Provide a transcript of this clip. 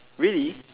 really